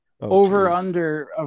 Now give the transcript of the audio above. over-under